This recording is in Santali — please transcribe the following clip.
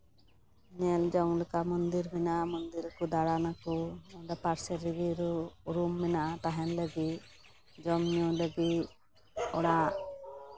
ᱧᱮᱞ ᱡᱚᱝ ᱞᱮᱠᱟ ᱢᱚᱱᱫᱤᱨ ᱢᱮᱱᱟᱜᱼᱟ ᱢᱚᱱᱫᱤᱨ ᱨᱮᱠᱚ ᱫᱟᱬᱟᱱᱟᱠᱚ ᱚᱸᱰᱮ ᱯᱟᱨᱥᱳᱱᱟᱞ ᱨᱩᱢ ᱢᱮᱱᱟᱜᱼᱟ ᱛᱟᱦᱮᱱ ᱞᱟᱹᱜᱤᱫ ᱡᱚᱢ ᱧᱩ ᱞᱟᱹᱜᱤᱫ ᱚᱲᱟᱜ